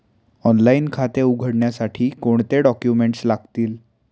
Online खाते उघडण्यासाठी कोणते डॉक्युमेंट्स लागतील?